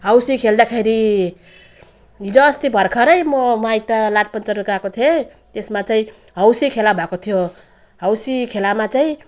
हौसी खेल्दाखेरि हिजोअस्ति भर्खरै म माइत लाटपन्चर गएको थिएँ त्यसमा चाहिँ हौसी खेला भएको थियो हौसी खेलामा चाहिँ